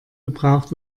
gebraucht